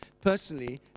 personally